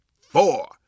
four